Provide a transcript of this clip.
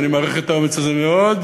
ואני מעריך את האומץ הזה מאוד,